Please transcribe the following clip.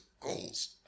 goals